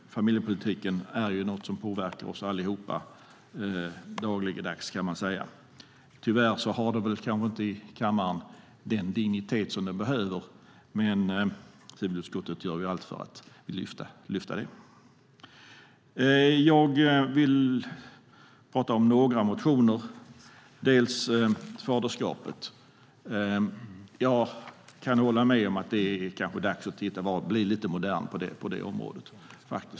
Familjepolitiken är något som påverkar oss allihop dagligdags. Tyvärr har den kanske inte den dignitet i kammaren som den behöver, men vi i civilutskottet gör allt för att lyfta upp den. Jag vill prata om några motioner, bland annat den om faderskapet. Jag kan hålla med om att det kanske är dags att bli lite modern på det området.